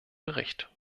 bericht